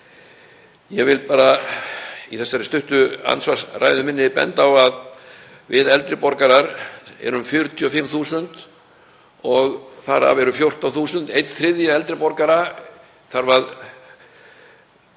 Ég vil bara í þessari stuttu andsvarsræðu minni benda á að við eldri borgarar erum 45.000 talsins og þar af eru 14.000, einn þriðji eldri borgara, sem þurfa að